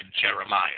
Jeremiah